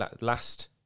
last